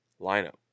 lineup